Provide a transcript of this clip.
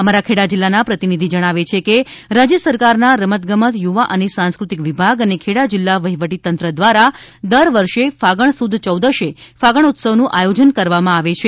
અમારા ખેડા જીલ્લાના પ્રતિનિધિ જણાવે છે કે રાજ્ય સરકારના રમતગમત યુવા અને સાંસ્કૃતિક વિભાગ અને ખેડા જીલ્લા વહીવટીતંત્ર દ્વારા દર વર્ષે ફાગણ સુદ યૌદસે ફાગણોત્સવનું આયોજન કરવામાં આવે છે